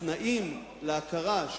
התנאים להכרה,